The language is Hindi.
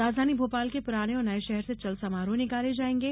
राजधानी भोपाल के पुराने और नये शहर से चल समारोह निकाले जायेंगे